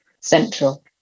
central